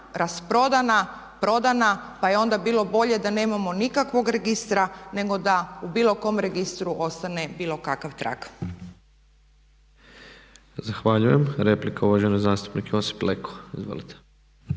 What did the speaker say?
rasprodana, prodana, pa je onda bilo bolje da nemamo nikakvog registra nego da u bilo kom registru ostane bilo kakav trag. **Tepeš, Ivan (HSP AS)** Zahvaljujem. Replika, uvaženi zastupnik Josip Leko. Izvolite.